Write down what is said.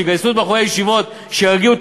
שיגייסו את בחורי הישיבות שירגיעו את